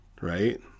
right